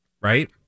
Right